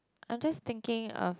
I'm just thinking of